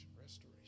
restoration